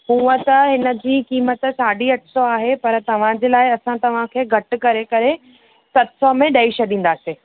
हूअं त हिन जी क़ीमत साढी अठ सौ आहे पर तव्हांजे लाइ असां तव्हांखे घटि करे करे सत सौ में ॾेई छॾीदासीं